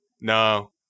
No